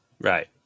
Right